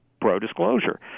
pro-disclosure